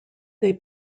they